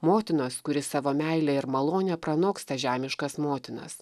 motinos kuri savo meile ir malone pranoksta žemiškas motinas